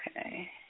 Okay